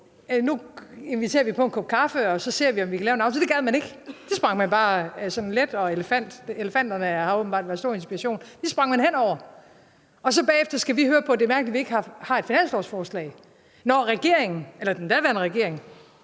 man inviterer på en kop kaffe og ser, om der kan laves en aftale. Det gad man ikke, for det sprang man let og elefant hen over – elefanterne har åbenbart været til stor inspiration. Og bagefter skal vi så høre på, at det er mærkeligt, at vi ikke har et finanslovsforslag, når regeringen, den daværende regering,